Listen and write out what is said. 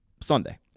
Sunday